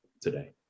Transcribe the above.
today